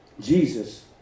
Jesus